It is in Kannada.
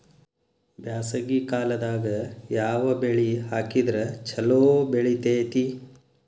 ಬ್ಯಾಸಗಿ ಕಾಲದಾಗ ಯಾವ ಬೆಳಿ ಹಾಕಿದ್ರ ಛಲೋ ಬೆಳಿತೇತಿ?